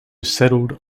settled